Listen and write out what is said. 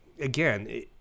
again